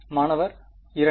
மாணவர் 2